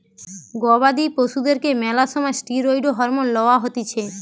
গবাদি পশুদেরকে ম্যালা সময় ষ্টিরৈড হরমোন লওয়া হতিছে